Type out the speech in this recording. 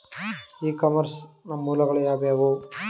E commerce ನ ಮೂಲಗಳು ಯಾವುವು?